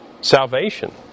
salvation